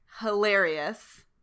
hilarious